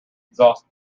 exhaust